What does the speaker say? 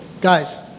Guys